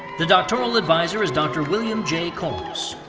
the doctoral advisor is dr. william j. koros.